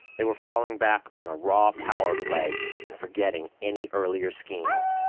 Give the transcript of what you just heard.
they were falling back on a raw power play and forgetting any earlier schemes.